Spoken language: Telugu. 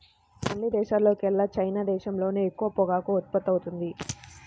అన్ని దేశాల్లోకెల్లా చైనా దేశంలోనే ఎక్కువ పొగాకు ఉత్పత్తవుతుంది